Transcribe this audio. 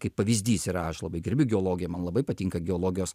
kaip pavyzdys yra aš labai gerbiu geologiją man labai patinka geologijos